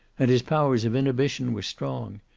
and his powers of inhibition were strong.